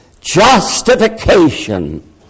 justification